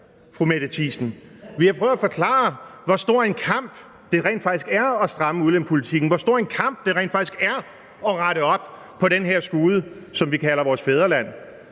fru Mette Thiesen. Vi har prøvet at forklare, hvor stor en kamp det rent faktisk er at stramme udlændingepolitikken, hvor stor en kamp det rent faktisk er at rette op på den her skude, som vi kalder vores fædreland.